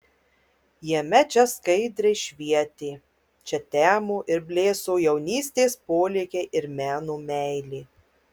jame čia skaidriai švietė čia temo ir blėso jaunystės polėkiai ir meno meilė